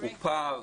הוא פער,